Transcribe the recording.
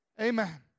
Amen